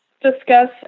discuss